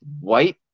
white